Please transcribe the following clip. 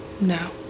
No